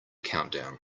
countdown